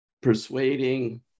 persuading